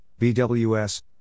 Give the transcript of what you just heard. BWS